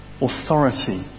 authority